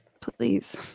Please